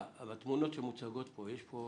התמונות שמוצגות פה, יש פה